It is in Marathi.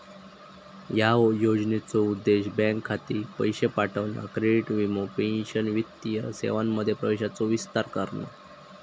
ह्या योजनेचो उद्देश बँक खाती, पैशे पाठवणा, क्रेडिट, वीमो, पेंशन वित्तीय सेवांमध्ये प्रवेशाचो विस्तार करणा